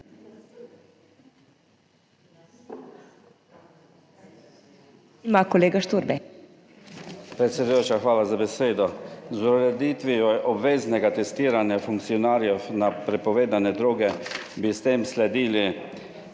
hvala za besedo.